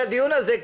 את הדיון הזה,